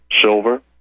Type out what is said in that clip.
silver